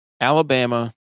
Alabama